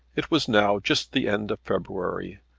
it was now just the end of february,